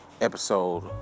episode